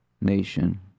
nation